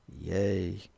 Yay